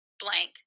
blank